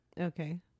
Okay